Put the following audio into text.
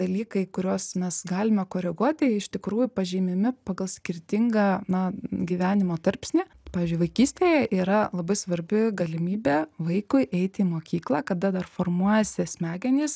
dalykai kuriuos mes galime koreguoti jie iš tikrųjų pažymimi pagal skirtingą na gyvenimo tarpsnį pavyzdžiui vaikystėje yra labai svarbi galimybė vaikui eiti į mokyklą kada dar formuojasi smegenys